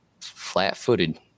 flat-footed